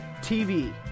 TV